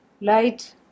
light